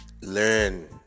Learn